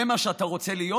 זה מה שאתה רוצה להיות?